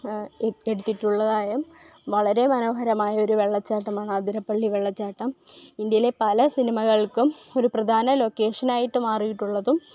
എട് എടുത്തിട്ടുള്ളതായും വളരെ മനോഹരമായൊരു വെള്ളച്ചാട്ടമാണ് ആതിരപ്പള്ളി വെള്ളച്ചാട്ടം ഇന്ത്യയിലെ പല സിനിമകൾക്കും ഒരു പ്രധാന ലൊക്കേഷൻ ആയിട്ട് മാറിയിട്ടുള്ളതും